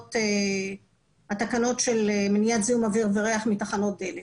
התקנות של מניעת זיהום אוויר וריח מתחנות דלק